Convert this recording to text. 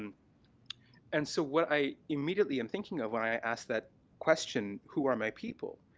um and so what i immediately am thinking of when i asked that question, who are my people,